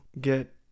get